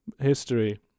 History